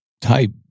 type